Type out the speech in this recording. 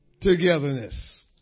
Togetherness